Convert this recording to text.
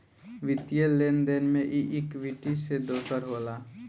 वित्तीय लेन देन मे ई इक्वीटी से दोसर होला